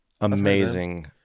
Amazing